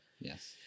Yes